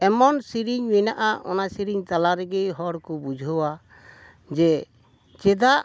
ᱮᱢᱚᱱ ᱥᱮᱨᱮᱧ ᱢᱮᱱᱟᱜᱼᱟ ᱚᱱᱟ ᱥᱮᱨᱮᱧ ᱛᱟᱞᱟ ᱨᱮᱜᱮ ᱦᱚᱲ ᱠᱚ ᱵᱩᱡᱷᱟᱹᱣᱟ ᱡᱮ ᱪᱮᱫᱟᱜ